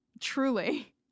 Truly